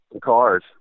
cars